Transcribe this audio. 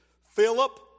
Philip